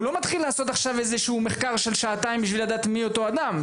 הוא לא מתחיל לעשות עכשיו איזשהו מחקר של שעתיים כדי לדעת מי אותו אדם.